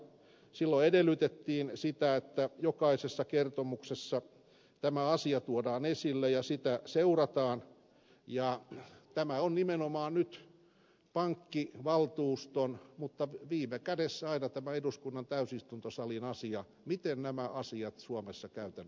silloin edellytettiin sitä että jokaisessa kertomuksessa tämä asia tuodaan esille ja sitä seurataan ja tämä on nimenomaan nyt pankkivaltuuston mutta viime kädessä aina tämän eduskunnan täysistuntosalin asia miten nämä asiat suomessa käytännössä ovat